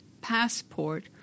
passport